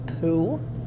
poo